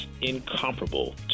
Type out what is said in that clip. incomparable